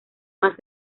más